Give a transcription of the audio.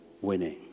winning